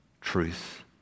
truth